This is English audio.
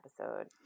episode